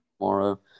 Tomorrow